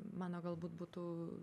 mano galbūt būtų